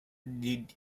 did